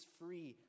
free